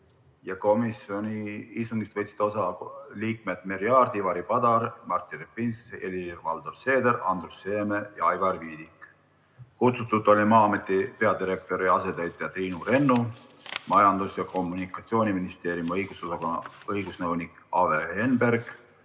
Komisjoni istungist võtsid osa liikmed Merry Aart, Ivari Padar, Martin Repinski, Helir-Valdor Seeder, Andrus Seeme ja Aivar Viidik. Kutsutud olid Maa-ameti peadirektori asetäitja Triinu Rennu, Majandus- ja Kommunikatsiooniministeeriumi õigusosakonna õigusnõunik Ave Henberg